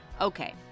Okay